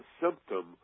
symptom